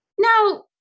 Now